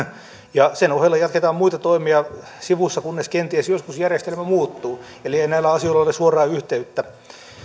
ja sen ohella jatketaan muita toimia sivussa kunnes kenties joskus järjestelmä muuttuu ei näillä asioilla ole suoraa yhteyttä